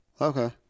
Okay